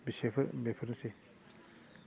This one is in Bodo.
बेफोरनोसै